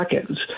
seconds